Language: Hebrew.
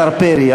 השר פרי,